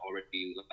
already